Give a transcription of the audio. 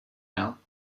now